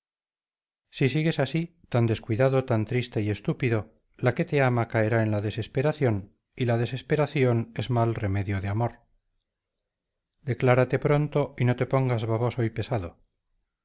si sigues así tan descuidado tan triste y estúpido la que te ama caerá en la desesperación y la desesperación es mal remedio de amor declárate pronto y no te pongas baboso y pesado